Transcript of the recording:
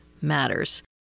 matters